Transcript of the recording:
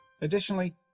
Additionally